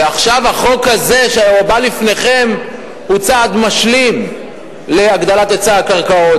ועכשיו החוק הזה שהובא לפניכם הוא צעד משלים להגדלת היצע הקרקעות,